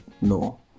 No